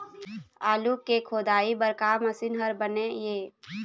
आलू के खोदाई बर का मशीन हर बने ये?